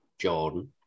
Jordan